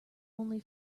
only